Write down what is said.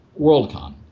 WorldCon